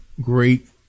great